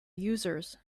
users